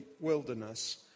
wilderness